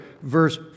verse